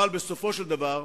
אבל, בסופו של דבר,